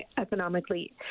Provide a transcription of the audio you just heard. economically